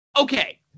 okay